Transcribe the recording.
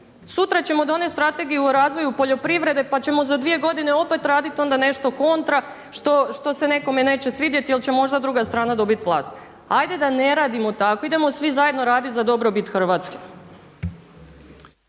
Sutra ćemo donesti Strategiju o razvoju poljoprivrede pa ćemo za 2 godine opet raditi onda nešto kontra što se nekome neće svidjeti jer će možda druga strana dobiti vlast. Ajde da ne radimo tako, idemo svi zajedno raditi za dobrobit Hrvatske.